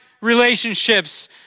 relationships